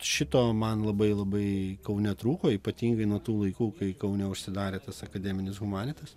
šito man labai labai kaune trūko ypatingai nuo tų laikų kai kaune užsidarė tas akademinis humanitas